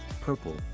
purple